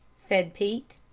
said pete.